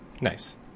Nice